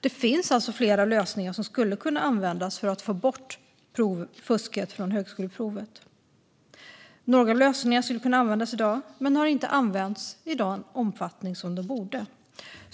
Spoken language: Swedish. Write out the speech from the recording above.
Det finns alltså flera lösningar som skulle kunna användas för att få bort fusket från högskoleprovet. Några av lösningarna skulle kunna användas i dag men har inte använts i den omfattning som de borde.